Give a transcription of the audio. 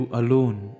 alone